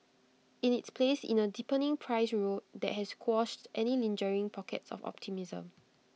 in its place in A deepening price rout that has quashed any lingering pockets of optimism